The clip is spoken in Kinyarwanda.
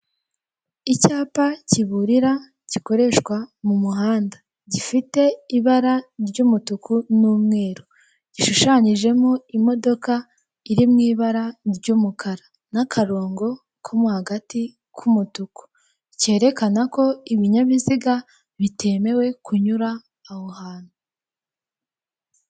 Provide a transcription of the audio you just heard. Icyapa kiburira gikoreshwa mu muhanda gifite ibara ry'umutuku n'umweru gishushanyijemo imodoka iri mu ibara ry'umukara n'akarongo ko mo hagati k'umutuku kerekana ko ibinyabiziga bitemewe kunyura aho hantu.